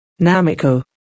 Namiko